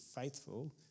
faithful